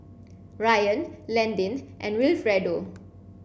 Ryann Landyn and Wilfredo